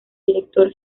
director